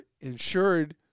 insured